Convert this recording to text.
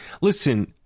Listen